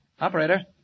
Operator